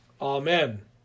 Amen